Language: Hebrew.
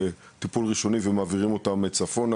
וטיפול ראשוני ומעבירים אותם צפונה